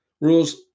rules